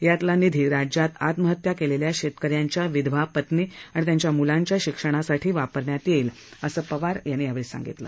यातला निधी राज्यात आत्महत्या केलेल्या शेतक यांच्या विधवा पत्नी आणि त्यांच्या मुलांच्या शिक्षणासाठी वापरण्यात येईल असं पवार यांनी सांगितलं